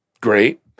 Great